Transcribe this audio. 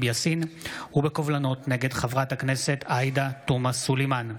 יאסין ובקובלנות נגד חברת הכנסת עאידה תומא סלימאן.